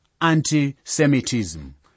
anti-Semitism